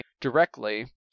directly